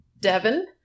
Devon